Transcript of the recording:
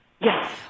Yes